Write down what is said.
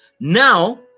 Now